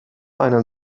einer